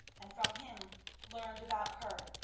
and from him learned about her,